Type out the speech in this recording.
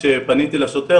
כשפניתי לשוטר,